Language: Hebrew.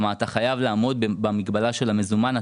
אתה חייב לעמוד במגבלה של המזומן,